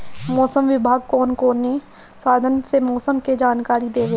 मौसम विभाग कौन कौने साधन से मोसम के जानकारी देवेला?